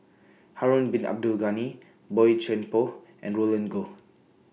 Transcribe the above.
Harun Bin Abdul Ghani Boey Chuan Poh and Roland Goh